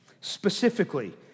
Specifically